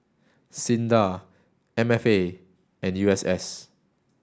SINDA M F A and U S S